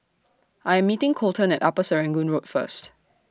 I Am meeting Colten At Upper Serangoon Road First